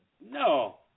No